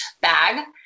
bag